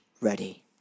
ready